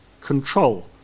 control